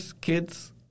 kids